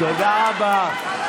תודה רבה.